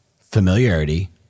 familiarity